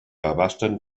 abasten